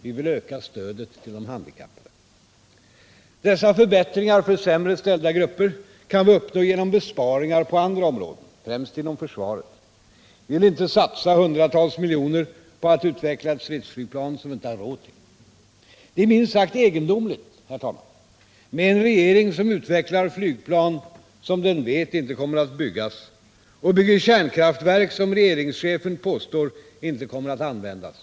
Vi vill öka stödet till de handikappade. Dessa förbättringar för sämre ställda grupper kan vi uppnå genom besparingar på andra områden, främst inom försvaret. Vi vill inte satsa hundratals miljoner på att utveckla ett stridsflygplan som vi inte har råd till. Det är minst sagt egendomligt med en regering som utvecklar flygplan som den vet inte kommer att byggas och bygger kärnkraftverk som regeringschefen påstår inte kommer att användas.